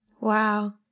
Wow